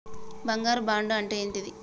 బంగారు బాండు అంటే ఏంటిది?